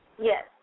Yes